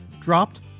dropped